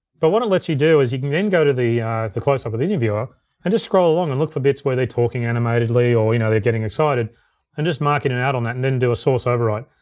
but what it lets you do is you can then go to the the closeup of the interviewer and just scroll along and look for bits where they're talking animatedly, or you know they're getting excited and just mark in and out on that and then do a source override.